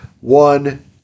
One